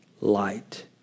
light